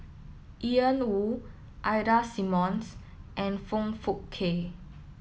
Ian Woo Ida Simmons and Foong Fook Kay